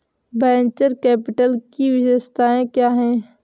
Venture capital की विशेषताएं क्या हैं?